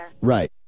Right